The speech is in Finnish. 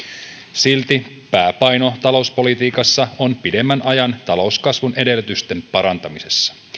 silti pääpaino talouspolitiikassa on pidemmän ajan talouskasvun edellytysten parantamisessa